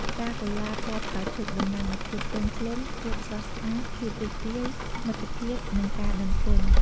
ផ្កាកុលាបពណ៌ផ្កាឈូកតំណាងឱ្យ ភាពទន់ភ្លន់ ភាពស្រស់ស្អាត ភាពរីករាយ មិត្តភាព និងការដឹងគុណ។